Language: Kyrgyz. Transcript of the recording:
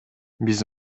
биз